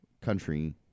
country